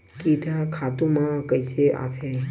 कीट ह खातु म कइसे आथे?